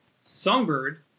Songbird